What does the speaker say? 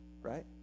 right